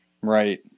Right